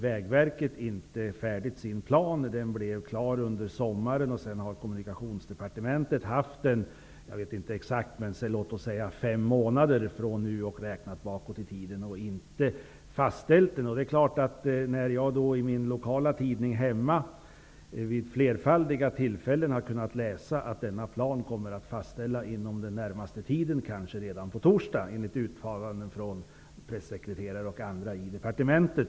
Vägverkets plan blev klar under sommaren, och Kommunikationsdepartementet har, trots att det nu haft fem månader på sig, ännu inte fastställt den. Jag har i min lokala tidning vid flerfaldiga tillfällen kunnat läsa att denna plan, enligt uttalanden från pressekreteraren på departementet och andra, skulle komma att fastställas inom den närmaste tiden -- kanske redan på torsdag.